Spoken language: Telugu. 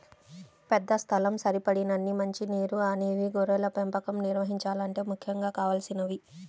పెద్ద స్థలం, సరిపడినన్ని మంచి నీరు అనేవి గొర్రెల పెంపకం నిర్వహించాలంటే ముఖ్యంగా కావలసినవి